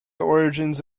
origins